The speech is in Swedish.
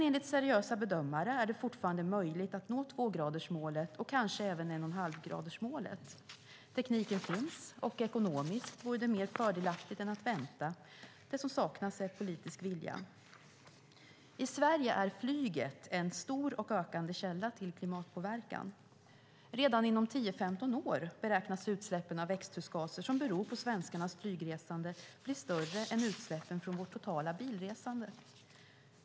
Enligt seriösa bedömare är det dock fortfarande möjligt att nå tvågradersmålet och kanske även en-och-en-halv-gradsmålet. Tekniken finns, och ekonomiskt vore det mer fördelaktigt än att vänta. Det som saknas är politisk vilja. I Sverige är flyget en stor och ökande källa till klimatpåverkan. Redan inom 10-15 år beräknas utsläppen av växthusgaser som beror på svenskarnas flygresande bli större än utsläppen från vårt totala bilresande.